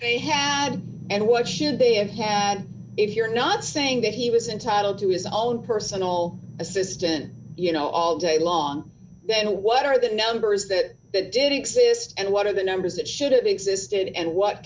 leap and what should they have had if you're not saying that he was entitled to his own personal assistant you know all day d long then what are the numbers that it did exist and what are the numbers that showed it existed and what